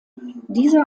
diese